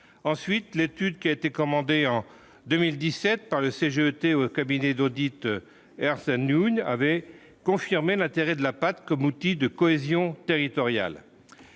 ensuite l'étude qui a été commandée en 2017 par le CGET au cabinets d'audits Sahnoun avait confirmé l'intérêt de la pâte comme outil de cohésion territoriale,